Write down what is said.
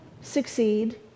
succeed